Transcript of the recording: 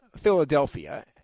Philadelphia